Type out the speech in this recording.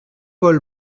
paul